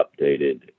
updated